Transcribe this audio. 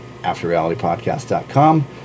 afterrealitypodcast.com